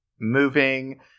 moving